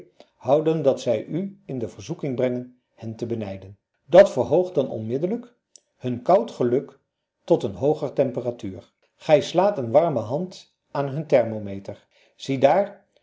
houden dat zij u in de verzoeking brengen hen te benijden dat verhoogt dan onmiddellijk hun koud geluk tot een hooger temperatuur gij slaat een warme hand aan hun thermometer ziedaar